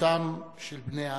לאדישותם של בני-האדם.